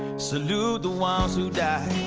salute the ones who die